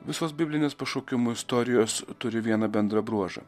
visos biblinės pašaukimo istorijos turi vieną bendrą bruožą